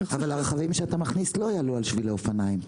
אבל הרכבים שאתה מכניס לא יעלו על שבילי אופניים.